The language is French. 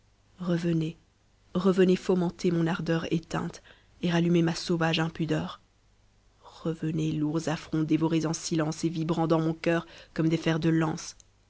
revenez revenez fomenter mon ardeur eteinte et rallumer ma sauvage impudeur revenez lourds affronts dévorés en silence et vibrant dans mon cœur comme des fers de lance